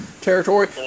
territory